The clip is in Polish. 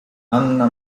anna